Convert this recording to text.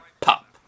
pop